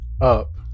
up